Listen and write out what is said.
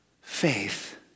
faith